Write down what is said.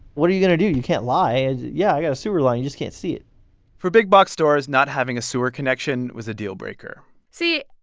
what are you going to do? you can't lie. and yeah, i got a sewer line you just can't see it for big-box stores, not having a sewer connection was a deal breaker see,